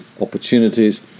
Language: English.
opportunities